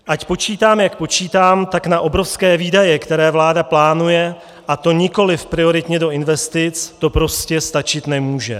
Ať počítám, jak počítám, tak na obrovské výdaje, které vláda plánuje, a to nikoliv prioritně do investic, to prostě stačit nemůže.